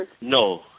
No